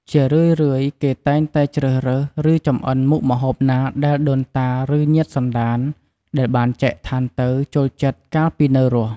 ជារឿយៗ គេតែងតែជ្រើសរើស ឬចម្អិនមុខម្ហូបណាដែលដូនតា ឬញាតិសន្ដានដែលបានចែកឋានទៅចូលចិត្តកាលពីនៅរស់។